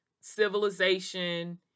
civilization